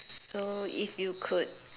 so if you could